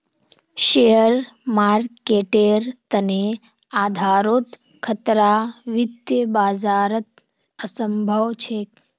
share मार्केटेर तने आधारोत खतरा वित्तीय बाजारत असम्भव छेक